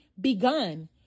begun